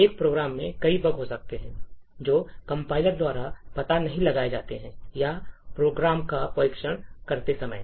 एक प्रोग्राम में कई बग हो सकते हैं जो कंपाइलर द्वारा पता नहीं लगाए जाते हैं या प्रोग्राम का परीक्षण करते समय